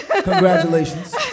Congratulations